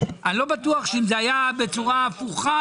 אני לא בטוח שאם זה היה בצורה הפוכה,